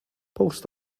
post